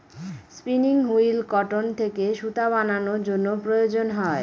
spinning wheel cotton থেকে সুতা বানানোর জন্য প্রয়োজন হয়